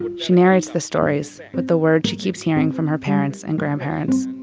she narrates the stories with the words she keeps hearing from her parents and grandparents.